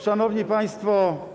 Szanowni Państwo!